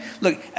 Look